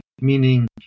meaning